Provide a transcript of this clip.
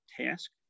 task